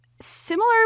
Similar